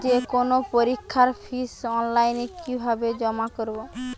যে কোনো পরীক্ষার ফিস অনলাইনে কিভাবে জমা করব?